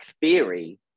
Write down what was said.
theory